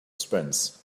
sprints